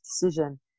decision